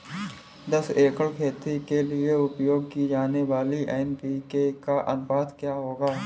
दस एकड़ खेती के लिए उपयोग की जाने वाली एन.पी.के का अनुपात क्या होगा?